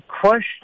question